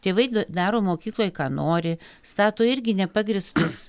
tėvai daro mokykloj ką nori stato irgi nepagrįstus